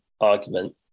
argument